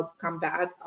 combat